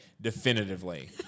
definitively